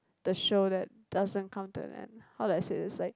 the show that doesn't come to an end how do I say it's like